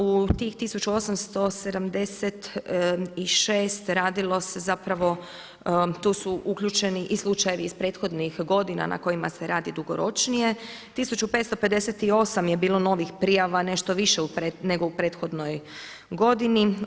U tih 1876 radilo se tu su uključeni slučajevi iz prethodnih godina na kojima se radi dugoročnije, 1558 je bilo novih prijava nešto više nego u prethodnoj godini.